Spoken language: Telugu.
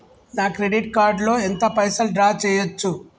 నా క్రెడిట్ కార్డ్ లో ఎంత పైసల్ డ్రా చేయచ్చు?